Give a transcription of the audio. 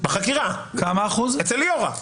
בחקירה אצל ליאורה.